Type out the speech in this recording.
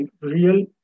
real